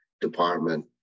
department